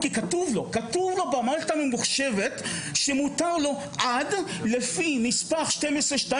כי כתוב לו במערכת הממוחשבת שמותר לו עד לפי נספח 12(2),